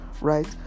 right